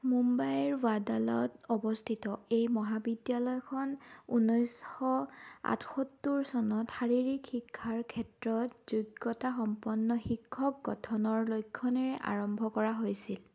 মুম্বাইৰ ৱাডালাত অৱস্থিত এই মহাবিদ্যালয়খন ঊনৈছশ আঠসত্তৰ চনত শাৰীৰিক শিক্ষাৰ ক্ষেত্ৰত যোগ্যতাসম্পন্ন শিক্ষক গঠনৰ লক্ষনেৰে আৰম্ভ কৰা হৈছিল